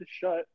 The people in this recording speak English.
shut